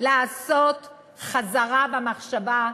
לעשות חזרה במחשבה,